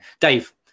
Dave